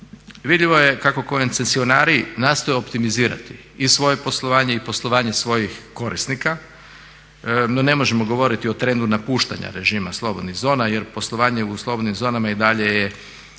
vidljivo je kako koncesionari nastoje optimizirati i svoje poslovanje i poslovanje svojih korisnika, no ne možemo govoriti o trendu napuštanja režima slobodnih zona jer poslovanje u slobodnim zonama i dalje je